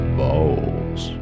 balls